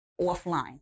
offline